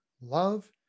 love